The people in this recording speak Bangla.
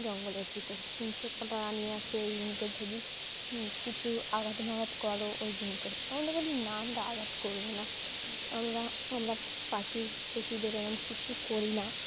জঙ্গলের ভিতরে হিংস প্রাণী আছে ওই কিছু আঘাত নাঘাত করো ওই জকে আমরা বলি না আমরা আঘাত করবো না আমরা আমরা পাখি পশুদেরও কিছু করি না